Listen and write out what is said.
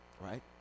right